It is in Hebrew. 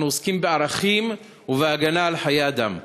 אנחנו עוסקים בערכים ובהגנה על חיי אדם.